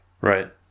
Right